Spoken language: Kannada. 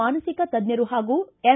ಮಾನಸಿಕ ತಜ್ಜರು ಹಾಗೂ ಎಂ